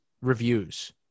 reviews